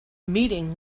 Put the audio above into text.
meeting